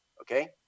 Okay